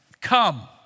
come